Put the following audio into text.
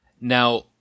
Now